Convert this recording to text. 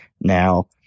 Now